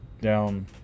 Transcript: down